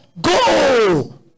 go